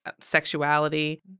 sexuality